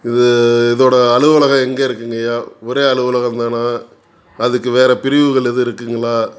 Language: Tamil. இது இதோடய அலுவலகம் எங்கே இருக்குதுங்கய்யா ஒரே அலுவலகம்தானா அதுக்கு வேறு பிரிவுகள் எதுவும் இருக்குங்களா